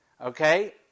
okay